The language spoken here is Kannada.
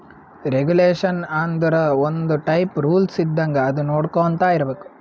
ರೆಗುಲೇಷನ್ ಆಂದುರ್ ಒಂದ್ ಟೈಪ್ ರೂಲ್ಸ್ ಇದ್ದಂಗ ಅದು ನೊಡ್ಕೊಂತಾ ಇರ್ಬೇಕ್